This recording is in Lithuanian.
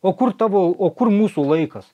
o kur tavo o kur mūsų laikas